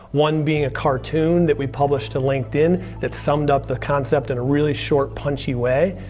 one being a cartoon that we published to linkedin that summed up the concept in a really short, punchy way,